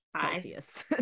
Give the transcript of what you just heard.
celsius